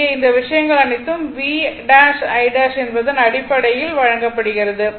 இங்கே இந்த விஷயங்கள் அனைத்தும் V'I' என்பதன் அடிப்படையில் வழங்கப்படுகிறது